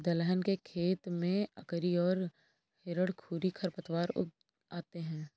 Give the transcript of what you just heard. दलहन के खेत में अकरी और हिरणखूरी खरपतवार उग आते हैं